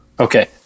Okay